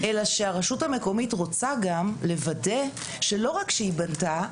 אלא שהרשות המקומית רוצה גם לוודא שלא רק שהיא בנתה,